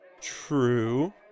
True